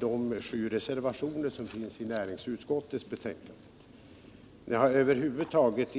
De sju reservationerna vid näringsutskottets betänkande har ju också avstyrkts.